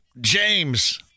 James